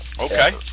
okay